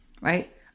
right